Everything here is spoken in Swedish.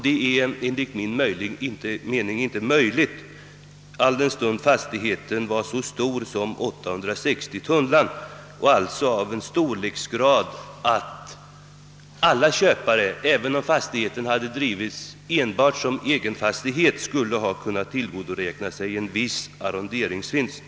Detta kan inte vara möjligt alldenstund fastigheten var på hela 860 tunnland och alltså av en sådan storleksordning att alla köpare, även om den drivits som självständig brukningsenhet, skulle ha kunnat tillgodoräkna sig arronderingsvinst.